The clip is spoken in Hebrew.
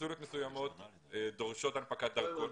בקונסוליות מסוימות דורשים הנפקת דרכון.